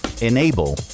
enable